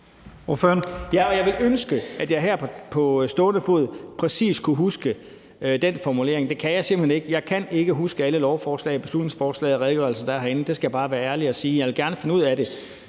Jeg ville ønske, at jeg her på stående fod præcis kunne huske den formulering, men det kan jeg simpelt hen ikke. Jeg kan ikke huske alle lovforslag, beslutningsforslag og redegørelser, der er herinde; det skal jeg bare være ærlig og sige. Jeg vil gerne finde ud af det